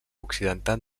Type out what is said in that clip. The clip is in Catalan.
occidental